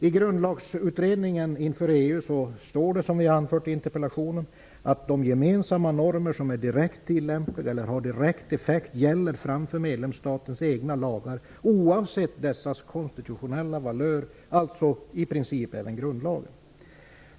I grundlagsutredningen inför EU står det, som vi anfört i interpellationen, att de gemensamma normer som är direkt tillämpliga eller har direkt effekt gäller framför medlemsstatens egna lagar oavsett dessas konstitutionella valör -- alltså i princip även grundlagen.